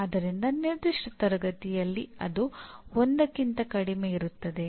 ಆದ್ದರಿಂದ ನಿರ್ದಿಷ್ಟ ತರಗತಿಯಲ್ಲಿ ಅದು 1ಕ್ಕಿಂತ ಕಡಿಮೆಯಿರುತ್ತದೆ